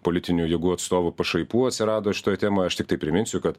politinių jėgų atstovų pašaipų atsirado šitoj temoj aš tiktai priminsiu kad